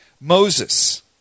Moses